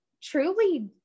truly